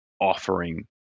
offering